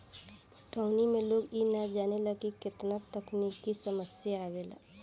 पटवनी में लोग इ ना जानेला की केतना तकनिकी समस्या आवेला